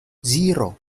zero